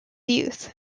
youth